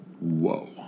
Whoa